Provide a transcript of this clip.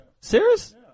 Serious